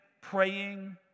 praying